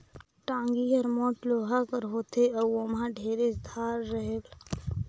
टागी हर मोट लोहा कर होथे अउ ओमहा ढेरेच धार रहेल